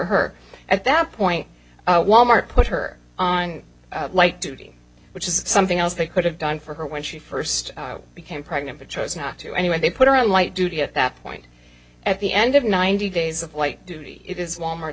her at that point wal mart put her on light duty which is something else they could have done for her when she first became pregnant but chose not to anyway they put her on light duty at that point at the end of ninety days of light duty it is walmart